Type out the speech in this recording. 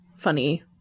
Funny